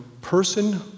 person